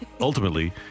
ultimately